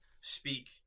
speak